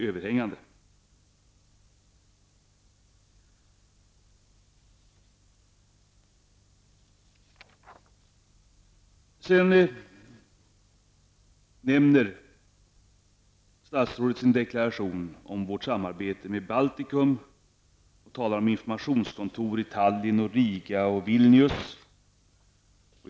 Statsrådet nämnder i sin deklaration vårt samarbete med Baltikum och talar om informationskontor i Tallinn, Riga och Vilneus.